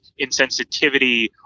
insensitivity